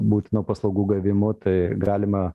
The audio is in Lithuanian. būtinu paslaugų gavimu tai galima